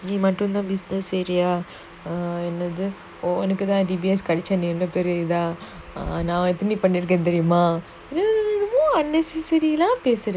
நீமட்டும்தான்பேசுறியாஎன்னதுஉனக்குத்தான்கெடச்சாநீஎன்னபெரியஇதாநான்எத்தனபண்ணிருக்கேன்தெரியுமாநீஏன்இது:nee mattumthan pesuria ennathu unakuthan kedacha nee enna peria idha naan ethana panniruken theriuma nee yen idhu just like no hmm